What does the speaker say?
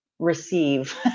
receive